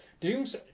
dooms